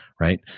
right